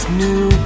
new